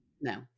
no